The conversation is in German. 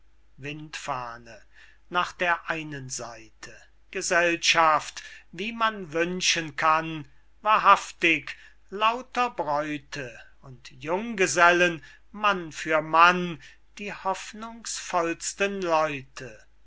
windfahne nach der einen seite gesellschaft wie man wünschen kann wahrhaftig lauter bräute und junggesellen mann für mann die hoffnungsvollsten leute